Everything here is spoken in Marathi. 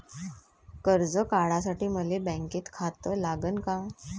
कर्ज काढासाठी मले बँकेत खातं लागन का?